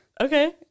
Okay